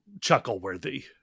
chuckle-worthy